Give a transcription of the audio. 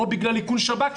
או בגלל איכון שב"כ,